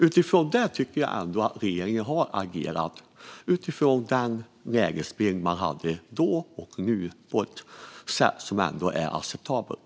Utifrån den lägesbild man hade då och har nu tycker jag ändå att regeringen har agerat på ett sätt som är acceptabelt.